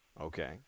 Okay